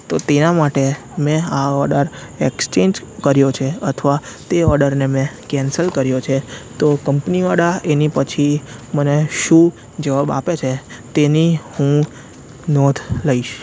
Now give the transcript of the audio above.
તો તેના માટે મેં આ ઓડર એક્સ્ચેન્જ કર્યો છે અથવા તે ઓડરને મેં કેન્સલ કર્યો છે તો કંપનીઓવાળા એની પછી મને શું જવાબ આપે છે તેની હું નોંધ લઈશ